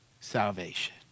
salvation